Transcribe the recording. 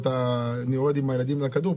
אני יורד עם הילדים והכדור,